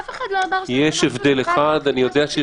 אף אחד לא אמר- -- יש הבדל אחד - הפרטת